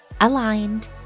aligned